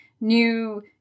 new